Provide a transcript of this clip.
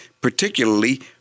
particularly